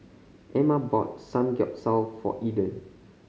Amma bought Samgeyopsal for Eden